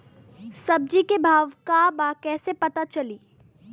सब्जी के भाव का बा कैसे पता चली?